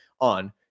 on